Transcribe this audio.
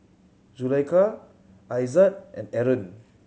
Zulaikha Aizat and Aaron